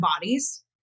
bodies